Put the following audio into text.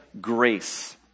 grace